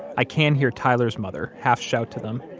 i can hear tyler's mother half shout to them,